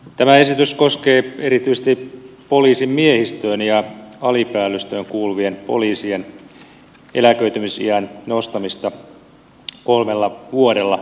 tämä esitys koskee erityisesti poliisimiehistöön ja alipäällystöön kuuluvien poliisien eläköitymisiän nostamista kolmella vuodella